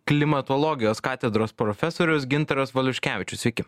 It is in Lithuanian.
klimatologijos katedros profesorius gintaras valiuškevičius sveiki